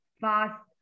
fast